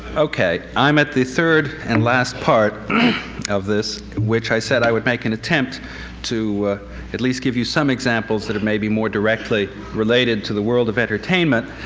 ok. i'm at the third and last part of this, which i said i would make an attempt to at least give you some examples that may be more directly related to the world of entertainment.